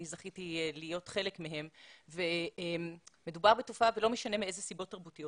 זכיתי להיות חלק מהן ומדובר בתופעה ולא משנה מאיזה סיבות תרבותיות.